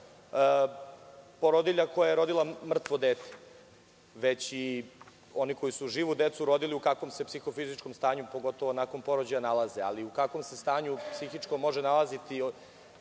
porodilja koja je rodila mrtvo dete već i oni koji su živu decu rodili, u kakvom se psihofizičkom stanju, pogotovo, nakon porođaja nalaze. Ali, u kakvom se stanju psihičkom može nalaziti